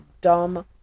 Dumb